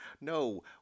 no